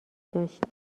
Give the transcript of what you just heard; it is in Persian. داشت